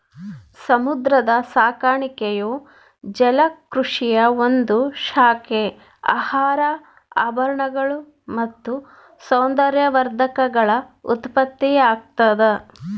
ಸಮುದ್ರ ಸಾಕಾಣಿಕೆಯು ಜಲಕೃಷಿಯ ಒಂದು ಶಾಖೆ ಆಹಾರ ಆಭರಣಗಳು ಮತ್ತು ಸೌಂದರ್ಯವರ್ಧಕಗಳ ಉತ್ಪತ್ತಿಯಾಗ್ತದ